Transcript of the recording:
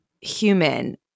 human